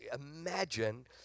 imagine